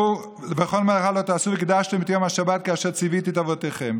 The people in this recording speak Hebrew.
"וכל מלאכה לא תעשו וקִדשתם את יום השבת כאשר צִוִיתי את אבותיכם.